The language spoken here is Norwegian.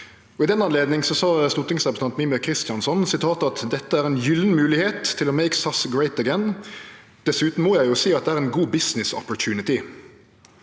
I den anledning sa stortingsrepresentant Mímir Kristjánsson: «Dette er en gyllen mulighet til å «make SAS great again» (…)». Og vidare: «Dessuten må jeg jo si at det er en god «business opportunity»